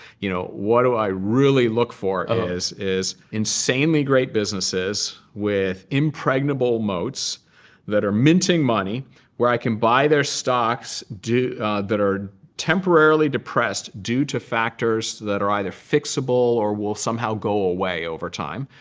you know what do i really look for is, is insanely great businesses with impregnable moats that are minting money where i can buy their stocks that are temporarily depressed due to factors that are either fixable or will somehow go away over time.